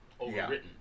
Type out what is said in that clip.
overwritten